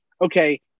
okay